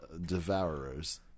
devourers